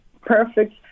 perfect